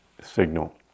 signal